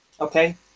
okay